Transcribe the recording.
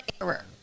error